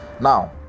Now